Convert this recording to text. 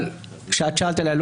שאת שאלת עליה למשל,